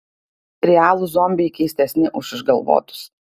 realūs zombiai keistesni už išgalvotus